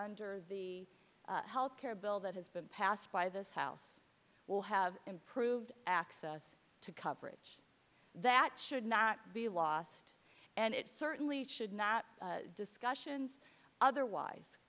under the health care bill that has been passed by this house will have improved access to coverage that should not be lost and certainly should not discussions otherwise